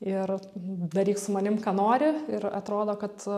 ir daryk su manim ką nori ir atrodo kad